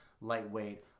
lightweight